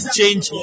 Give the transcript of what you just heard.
Change